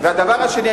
והדבר השלישי,